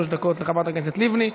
ואחריה, עד שלוש דקות לחברת הכנסת לבני.